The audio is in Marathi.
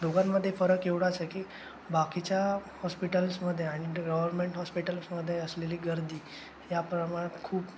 दोघांमध्ये फरक एवढाच आहे की बाकीच्या हॉस्पिटल्समध्ये आणि गव्हर्मेंट हॉस्पिटल्समध्ये असलेली गर्दी या प्रमाणात खूप